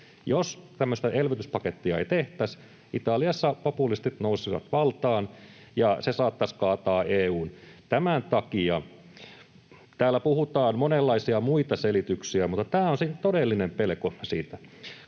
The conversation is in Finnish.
Jos tämmöistä elvytyspakettia ei tehtäisi, Italiassa populistit nousisivat valtaan ja se saattaisi kaataa EU:n. Täällä puhutaan monenlaisia muita selityksiä, mutta tämä on se todellinen pelko.